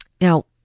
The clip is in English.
Now